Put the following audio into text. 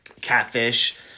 Catfish